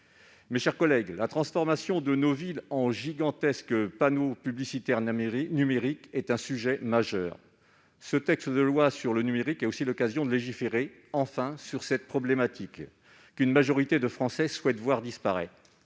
Mes chers collègues, la transformation de nos villes en gigantesques panneaux publicitaires numériques est un sujet majeur. Ce texte de loi sur le numérique offre aussi l'occasion de légiférer, enfin, sur cette problématique, alors qu'une majorité de Français souhaite voir disparaître